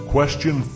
Question